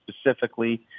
specifically